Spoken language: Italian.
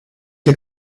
che